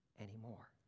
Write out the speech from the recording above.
anymore